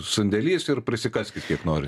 sandėlis ir prisikaskit kiek nori